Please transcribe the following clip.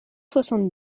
soixante